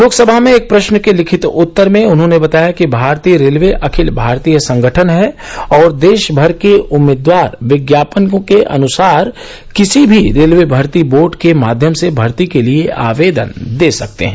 लोकसभा में एक प्रश्न के लिखित उत्तर में उन्होंने बताया कि भारतीय रेलवे अखिल भारतीय संगठन है और देश भर के उम्मीदवार विज्ञापनों के अनुसार किसी भी रेलवे भर्ती बोर्ड के माध्यम से भर्ती के लिए आवेदन दे सकते हैं